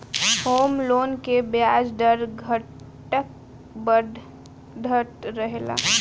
home loan के ब्याज दर घटत बढ़त रहेला